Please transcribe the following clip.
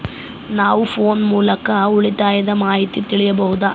ನಾವು ಫೋನ್ ಮೂಲಕ ಉಳಿತಾಯದ ಮಾಹಿತಿ ತಿಳಿಯಬಹುದಾ?